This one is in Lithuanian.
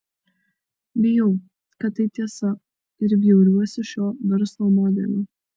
bijau kad tai tiesa ir bjauriuosi šiuo verslo modeliu